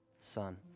Son